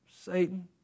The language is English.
Satan